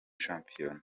shampiyona